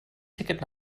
ticket